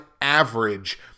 average